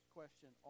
question